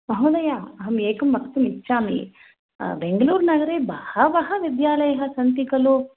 महोदय अहमेकं वक्तुमिच्छामि बेङ्गलूरु नगरे बहवः विद्यालयः सन्ति खलु